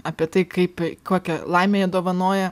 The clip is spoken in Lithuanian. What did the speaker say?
apie tai kaip kokią laimę jie dovanoja